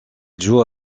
joue